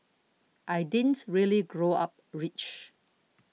I didn't really grow up rich